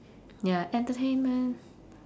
ya entertainment